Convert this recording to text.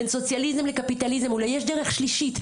בין סוציאליזם לקפיטליזם אולי יש דרך שלישית,